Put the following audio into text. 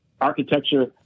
architecture